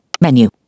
menu